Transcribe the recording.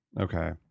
okay